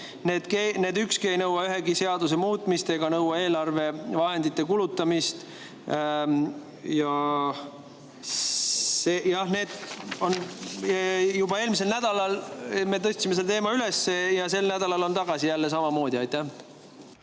Need ükski ei nõua ühegi seaduse muutmist ega eelarvevahendite kulutamist. Juba eelmisel nädalal me tõstsime selle teema üles ja sel nädalal on see jälle samamoodi